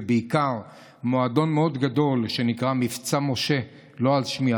ובעיקר מועדון מאוד גדול שנקרא "מבצע משה" לא על שמי,